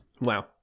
Wow